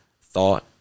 thought